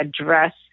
address